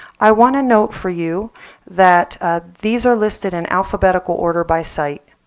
i want to note for you that ah these are listed in alphabetical order by site.